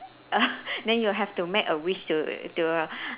then you have to make a wish to to